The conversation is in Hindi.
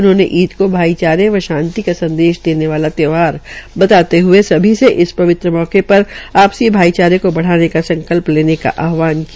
उन्होंने ईद को भाईचारे व शांति का संदेश देने वाला त्योहार बताते हये सभी से इस पवित्र मौके पर आपसी भाईचोर को बढ़ाने का संकल्प लेने का आहवान किया